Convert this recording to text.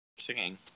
singing